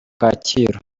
kacyiru